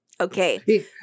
Okay